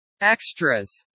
extras